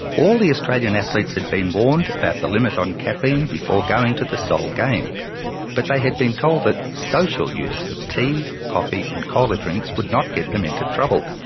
all the australian athletes had been warned about the limit on caffeine before going to the seoul games but they had been told that social use of tea, coffee and cola drinks would not get them into trouble.